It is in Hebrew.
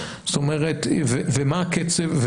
ומה הקצב?